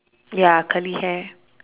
ya curly hair